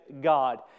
God